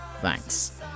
Thanks